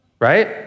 right